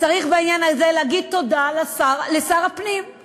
צריך בעניין הזה להגיד תודה לשר הפנים,